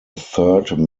third